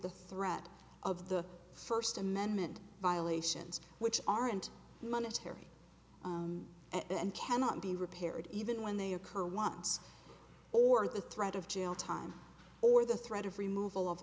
e threat of the first amendment violations which aren't monetary and cannot be repaired even when they occur once or the threat of jail time or the threat of remove all of